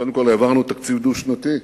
קודם כול העברנו תקציב דו-שנתי,